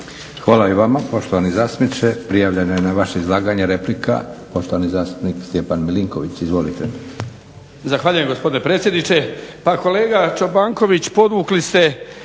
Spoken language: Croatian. Hvala i vama poštovani zastupniče. Prijavljena je na vaše izlaganje replika. Poštovani zastupnik Stjepan Milinković. Izvolite.